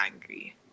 angry